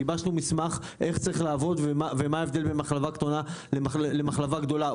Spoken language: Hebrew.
גיבשנו מסמך על איך צריך לעבוד ומה ההבדל בין מחלבה קטנה למחלבה גדולה.